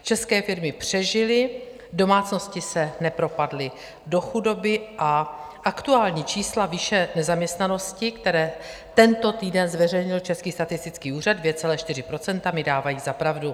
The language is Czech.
České firmy přežily, domácnosti se nepropadly do chudoby a aktuální čísla výše nezaměstnanosti, které tento týden zveřejnil Český statistický úřad 2,4 % mi dávají za pravdu.